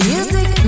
Music